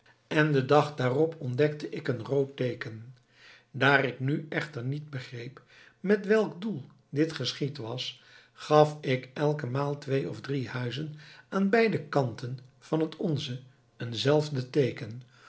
en den dag daarop ontdekte ik een rood teeken daar ik nu echter niet begreep met welk doel dit geschied was gaf ik elke maal twee of drie huizen aan beide kanten van het onze een zelfde teeken